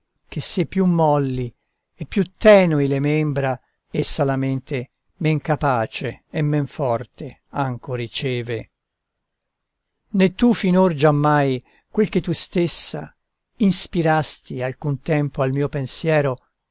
che se più molli e più tenui le membra essa la mente men capace e men forte anco riceve né tu finor giammai quel che tu stessa inspirasti alcun tempo al mio pensiero